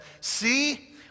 See